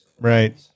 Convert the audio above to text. Right